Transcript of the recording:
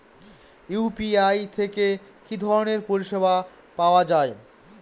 UPI থেকে কি ধরণের পরিষেবা পাওয়া য়ায়?